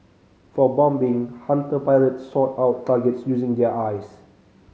for bombing Hunter pilots sought out targets using their eyes